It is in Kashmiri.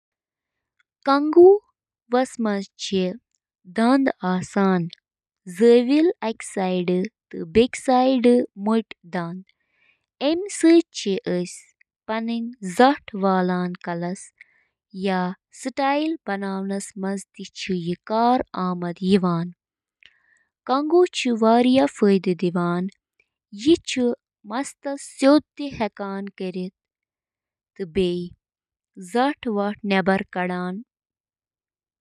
اکھ ٹوسٹر چُھ گرمی پٲدٕ کرنہٕ خٲطرٕ بجلی ہنٛد استعمال کران یُس روٹی ٹوسٹس منٛز براؤن چُھ کران۔ ٹوسٹر اوون چِھ برقی کرنٹ سۭتۍ کوائلن ہنٛد ذریعہٕ تیار گژھن وٲل انفراریڈ تابکٲری ہنٛد استعمال کٔرتھ کھین بناوان۔